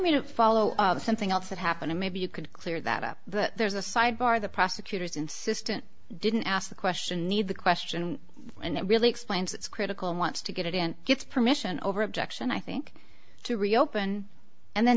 me to follow something else that happened maybe you could clear that up but there's a side bar the prosecutor's insistent didn't ask the question need the question and it really explains it's critical wants to get it and gets permission over objection i think to reopen and then